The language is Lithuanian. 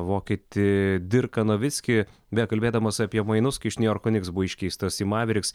vokietį dirką novitskį bekalbėdamas apie mainus kai iš niujorko niks buvo iškeistas į maveriks